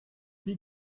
wie